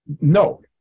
No